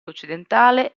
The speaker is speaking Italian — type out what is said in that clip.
occidentale